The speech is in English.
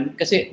kasi